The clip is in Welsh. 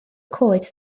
coed